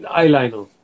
eyeliner